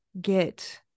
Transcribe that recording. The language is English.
get